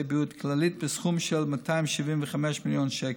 בריאות כללית בסכום של 275 מיליון שקל.